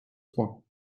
soins